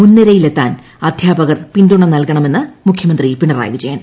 മുൻനിരയിലെത്താൻ അദ്ധ്യാപികർ പിന്തുണ നൽകണമെന്ന് മുഖ്യമ്ത്രി പിണറായി വിജയൻ